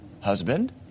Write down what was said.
husband